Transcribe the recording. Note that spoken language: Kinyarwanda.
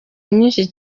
mwinshi